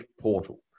portal